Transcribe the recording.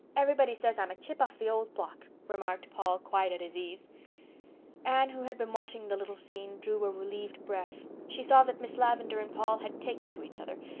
everybody says i'm a chip off the old block, remarked paul, quite at his ease. anne, who had been watching the little scene, drew a relieved breath. she saw that miss lavendar and paul had taken to each other,